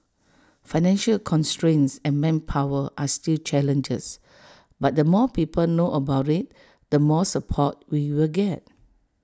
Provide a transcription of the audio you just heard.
financial constraints and manpower are still challenges but the more people know about IT the more support we will get